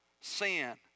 sin